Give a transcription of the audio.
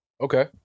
okay